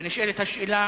ונשאלת השאלה